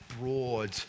broad